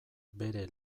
bere